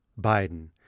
Biden